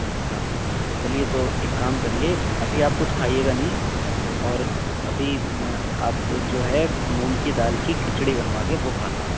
اچھا اچھا چلیے تو ایک کام کریے ابھی آپ کچھ کھائیے گا نہیں اور ابھی میں آپ جو ہے مونگ کی دال کی کھچڑی بنوا کے وہ کھانا